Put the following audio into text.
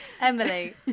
emily